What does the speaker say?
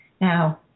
Now